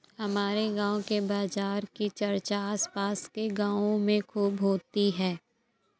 हमारे गांव के बाजार की चर्चा आस पास के गावों में खूब होती हैं